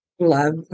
love